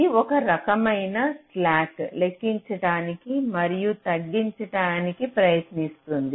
ఇది ఒక రకమైన స్లాక్ లెక్కించడానికి మరియు తగ్గించడానికి ప్రయత్నిస్తుంది